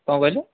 କ'ଣ କହିଲେ